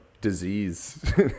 disease